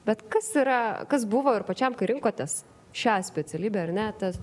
bet kas yra kas buvo ir pačiam kai rinkotės šią specialybę ar ne tas